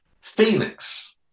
Phoenix